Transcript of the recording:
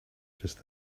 just